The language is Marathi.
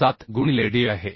7 गुणिले Dआहे